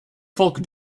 folk